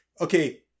okay